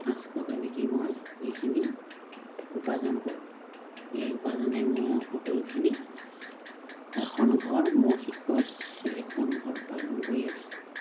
পাঁচশকৈ বিকি মই এইখিনি উপাৰ্জন কৰোঁ এই উপাৰ্জনে মোৰ সকলোখিনি এখন ঘৰ মই কি কয় এখন ঘৰ পালন কৰি আছোঁ